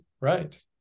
right